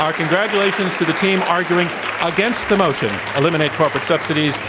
um congratulations to the team arguing against the motion eliminate corporate subsidies.